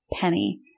penny